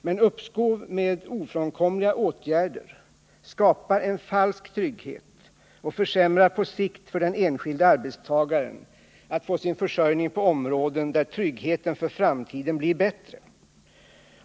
Men uppskov med ofrånkomliga åtgärder skapar en falsk trygghet och försämrar på sikt för den enskilde arbetstagaren möjligheterna att få sin försörjning på områden där tryggheten i framtiden blir bättre.